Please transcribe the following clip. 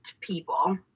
people